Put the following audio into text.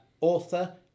author